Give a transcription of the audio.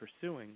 pursuing